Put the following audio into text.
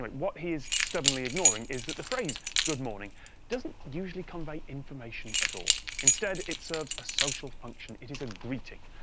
but what he's stubbornly ignoring is that the phrase good morning doesn't usually convey information at all. instead, it serves a social function. it is a greeting.